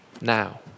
now